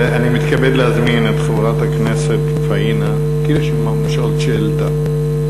אני מתכבד להזמין את חברת הכנסת פאינה קירשנבאום לשאול את שאלתה.